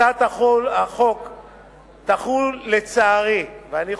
הצעת החוק תחול, לצערי, ואני חוזר,